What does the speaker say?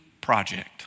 project